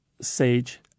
sage